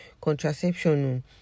contraception